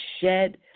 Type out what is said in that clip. shed